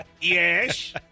Yes